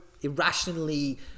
Irrationally